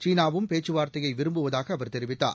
சீனா வும் பேச்சுவார்த்தையை விரும்புவதாக அவர் தெரிவித்தார்